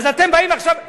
אז אתם באים עכשיו,